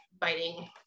biting